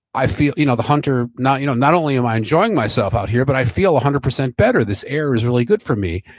i feel you know the hunter, not you know not only am i enjoying myself out here, but i feel one hundred percent better, this air is really good for me.